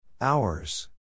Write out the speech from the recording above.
Hours